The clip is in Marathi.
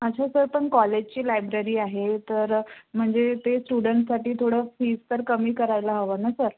अच्छा सर पण कॉलेजची लायब्ररी आहे तर म्हणजे ते स्टुडंटसाठी थोडं फीज तर कमी करायला हवं ना सर